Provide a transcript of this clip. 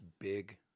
big